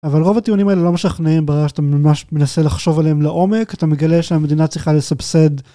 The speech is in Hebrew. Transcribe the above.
אבל רוב הטיעונים האלה לא משכנעים ברגע שאתה ממש מנסה לחשוב עליהם לעומק אתה מגלה שהמדינה צריכה לסבסד.